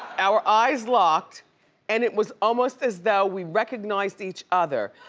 our eyes locked and it was almost as though we recognized each other.